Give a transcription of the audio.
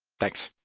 thanks.